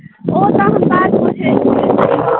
एकटा हम बात पूछय चाहैत छियै